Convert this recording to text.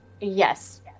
Yes